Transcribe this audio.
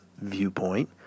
viewpoint